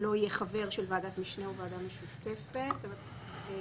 לא יהיה חבר של ועדת משנה או ועדה משותפת, לא.